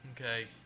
Okay